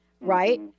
right